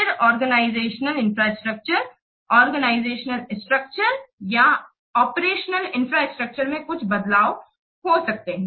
फिर organisational infrastructure organisational structure या operational infrastructure operational infrastructure में कुछ बदलाव हो सकते हैं